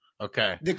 okay